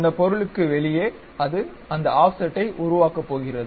அந்த பொருளுக்கு வெளியே அது அந்த ஆஃப்செட்டை உருவாக்கப் போகிறது